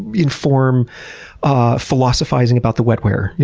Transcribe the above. inform ah philosophizing about the wetware,